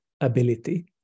ability